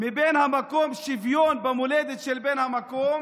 מבן המקום שוויון במולדת של בן המקום.